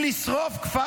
אסור להגיד כך,